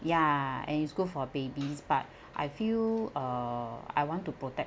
ya and it's good for babies but I feel uh I want to protect